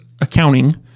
accounting